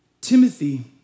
Timothy